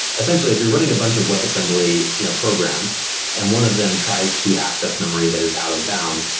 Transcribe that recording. essentially, if you're running a bunch of webassembly you know programs and one of them tries to access memory that is out of bounds,